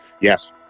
Yes